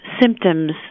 symptoms